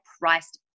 priced